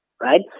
right